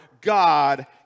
God